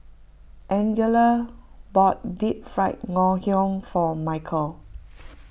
Angella bought Deep Fried Ngoh Hiang for Michel